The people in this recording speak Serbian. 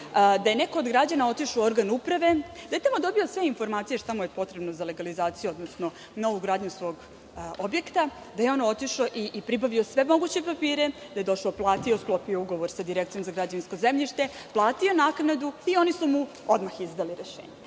da je neko od građana otišao u organ uprave i da je tamo dobio sve informacije šta mu je potrebno za legalizaciju, odnosno novu gradnju svog objekta, da je on otišao i pribavio sve moguće papire, da je platio i sklopio ugovor sa Direkcijom za građevinsko zemljište, platio naknadu i oni mu odmah izdali rešenje.